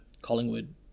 Collingwood